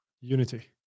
Unity